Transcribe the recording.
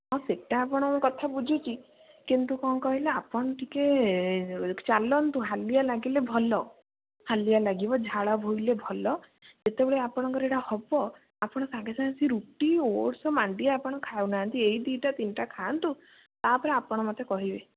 ହଁ ସେଇଟା ଆପଣଙ୍କ କଥା ବୁଝୁଛି କିନ୍ତୁ କ'ଣ କହିଲେ ଆପଣ ଟିକିଏ ଚାଲନ୍ତୁ ହାଲିଆ ଲାଗିଲେ ଭଲ ହାଲିଆ ଲାଗିବ ଝାଳ ବୋହିଲେ ଭଲ ଯେତେବେଳେ ଆପଣଙ୍କର ଏଇଟା ହେବ ଆପଣ ସାଙ୍ଗେ ସାଙ୍ଗେ ଆସି ରୁଟି ଓଟ୍ସ ମାଣ୍ଡିଆ ଆପଣ ଖାଉନାହାନ୍ତି ଏଇ ଦୁଇଟା ତିନିଟା ଖାଆନ୍ତୁ ତାପରେ ଆପଣ ମୋତେ କହିବେ